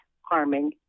harming